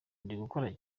ndigukora